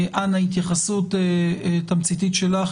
אנא התייחסות תמציתית שלך.